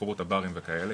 שחררו את הברים וכאלה,